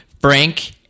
Frank